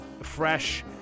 fresh